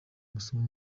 amasomo